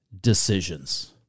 decisions